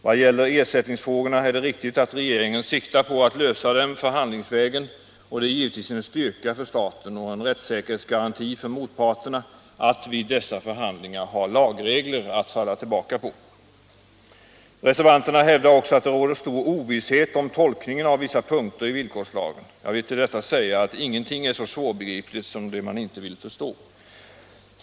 Vad gäller ersättningsfrågorna är det riktigt att regeringen siktar på att lösa dem förhandlingsvägen, och det är givetvis en styrka för staten och en rättssäkerhetsgaranti för motparterna att vid dessa förhandlingar ha lagregler att falla tillbaka på. Reservanterna hävdar också att det råder stor ovisshet om tolkningen av vissa punkter i villkorslagen. Jag vill till detta säga att ingenting är så svårbegripligt som det man inte vill förstå.